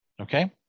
Okay